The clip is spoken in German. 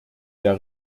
der